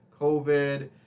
COVID